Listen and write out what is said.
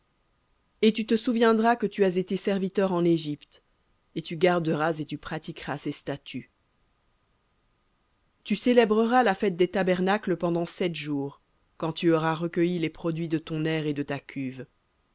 et tu te souviendras que tu as été serviteur en égypte et tu garderas et tu pratiqueras ces statuts v tu célébreras la fête des tabernacles pendant sept jours quand tu auras recueilli de ton aire et de ta cuve